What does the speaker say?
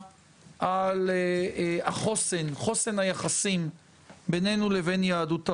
על חוסן היחסים בינינו לבין יהדות העולם.